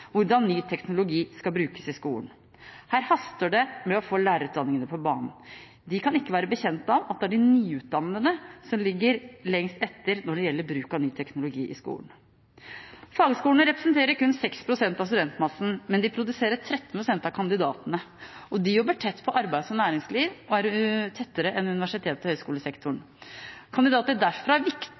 hvordan ny teknologi skal brukes i skolen. Her haster det med å få lærerutdanningene på banen. De kan ikke være bekjent av at det er de nyutdannede som ligger lengst etter når det gjelder bruk av ny teknologi i skolen. Fagskolene representerer kun 6 pst. av studentmassen, men de produserer 13 pst. av kandidatene. De jobber tett på arbeids- og næringsliv, tettere enn universitets- og høyskolesektoren. Kandidater